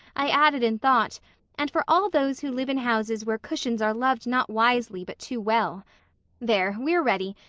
i added in thought and for all those who live in houses where cushions are loved not wisely but too well there! we're ready,